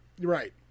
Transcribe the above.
Right